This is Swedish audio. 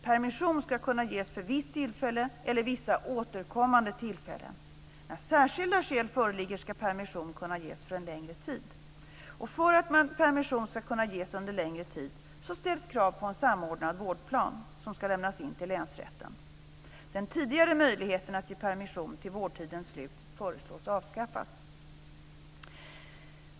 Permission ska kunna ges för visst tillfälle eller för vissa återkommande tillfällen. När särskilda skäl föreligger ska permission kunna ges för en längre tid. För att permission under en längre tid ska kunna medges ställs krav på att en samordnad vårdplan ska lämnas in till länsrätten. Den tidigare möjligheten att ge permission till vårdtidens slut föreslås avskaffas.